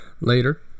later